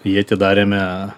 jį atidarėme